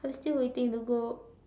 I'm still waiting to go